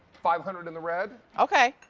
five hundred in the red. okay.